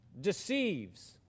deceives